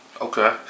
okay